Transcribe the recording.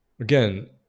again